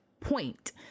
point